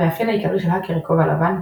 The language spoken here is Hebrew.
המאפיין העיקרי של האקרי כובע לבן הוא